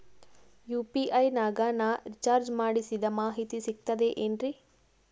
UPI ನಾಗ ನಾ recharge ಮಾಡಿಸಿದ ಮಾಹಿತಿ ಸಿಕ್ತದೆ ಏನ್ರಿ?